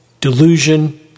delusion